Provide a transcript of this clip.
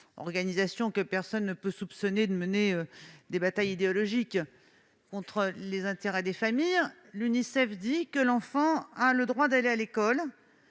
organisation que personne ne peut soupçonner de mener une bataille idéologique contre les intérêts des familles -fait de cette convention, « l'enfant a le droit d'aller à l'école